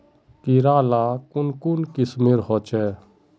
कीड़ा ला कुन कुन किस्मेर होचए?